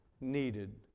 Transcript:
needed